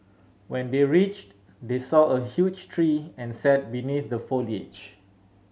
when they reached they saw a huge tree and sat beneath the foliage